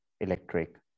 electric